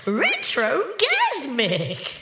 retrogasmic